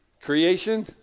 creation